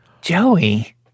Joey